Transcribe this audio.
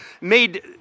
made